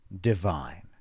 divine